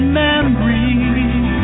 memories